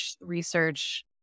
research